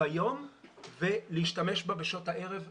ביום ולהשתמש בה בשעות הערב והלילה.